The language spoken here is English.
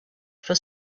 for